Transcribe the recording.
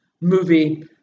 movie